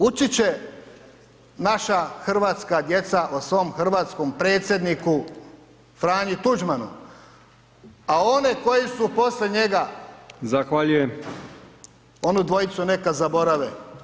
Učit će naša hrvatska djeca o svom hrvatskom predsjedniku Franji Tuđmanu, a one koji su poslije njega [[Upadica: Zahvaljujem…]] onu dvojicu neka zaborave.